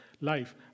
life